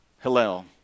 Hillel